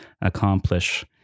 accomplish